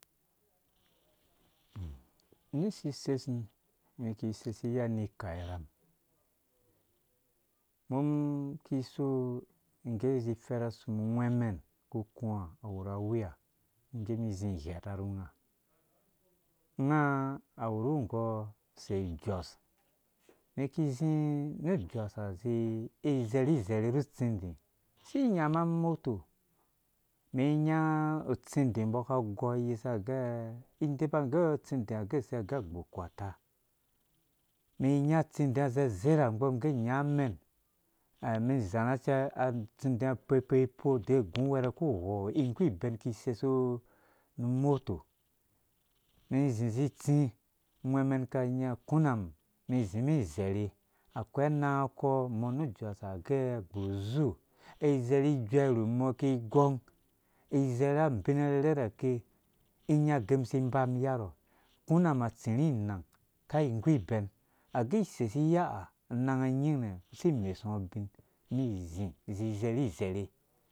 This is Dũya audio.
Ni isisesu umum iki isei ni iya ini ikau iram umum iki iso indee izi ifɛɛr asumum ungwɛmɛn uku ukya awura awiya nggɛ kumum izi ru ujos ha izerhi izerhe ru utsindi is inyɛm amoto umum inyávuntsi di umbɔ aka agɔɔ uyɛsa gɛ umum indepa gɛ utsi ndi ha agɛse umbɔ agɛ agbhurh ukota umum inyã utsindia uzezeragbɔ umum ngɛ unya umɛn umɛn izarha cɛ utsi ndia adi iwu ipopoipo de ugu uwɛrɛ. adi iwu uku wɔɔ ingu ibɛn iki isesu umoto umɛn izi itsi ungwɛ mɛn aka anya unga akuna mi umɛn izimen izɛrha akoi ananga kɔɔmɔ nu ujo sa agɛ agburh uzoo izerhi ijuɛ. rum ɔm kigɔng izerha abina arkɛrhɛ rhake inya ugɛɛ si ibam ri iyarɔ akuna umum atsiri inang kai umum igu ibɛn agɛ isesi iya ha ananga nying nɛ̃ si imesungo ubin umum izi izi izerhi izerhe